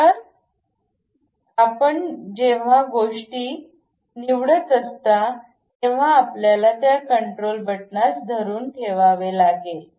तर जेव्हा आपण गोष्टी निवडत असता तेव्हा आपल्याला त्या कन्ट्रोल बटणास धरून ठेवावे लागते